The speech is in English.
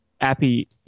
Appy